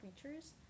creatures